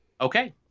okay